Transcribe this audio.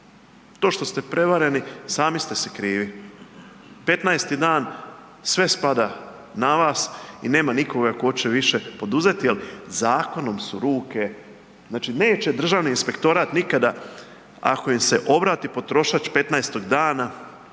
To što ste prevareni sami ste si krivi. Petnaesti dan sve spada na vas i nema nikoga ko će više poduzeti jer zakonom su ruke, znači neće Državni inspektorat nikada, ako im se obrati potrošač